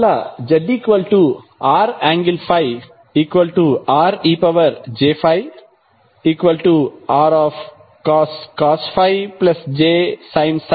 అందువల్లzr∠∅rej∅rcos ∅ jsin ∅